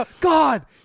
God